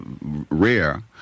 rare